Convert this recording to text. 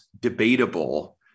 debatable